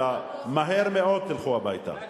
אלא מהר מאוד תלכו הביתה.